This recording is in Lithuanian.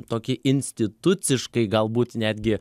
tokį instituciškai galbūt netgi